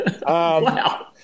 Wow